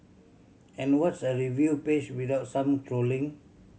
and what's a review page without some trolling